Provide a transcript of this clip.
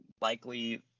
Likely